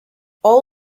all